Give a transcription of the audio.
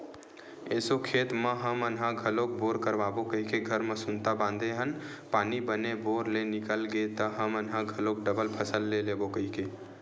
एसो खेत म हमन ह घलोक बोर करवाबो कहिके घर म सुनता बांधे हन पानी बने बोर ले निकल गे त हमन ह घलोक डबल फसल ले लेबो कहिके